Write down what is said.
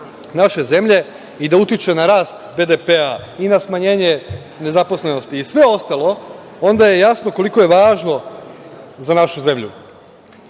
naše zemlje i da utiče na rast BDP-a, i na smanjenje nezaposlenosti i sve ostalo, onda je jasno koliko je važno za našu zemlju,